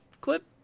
clip